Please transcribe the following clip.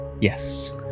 Yes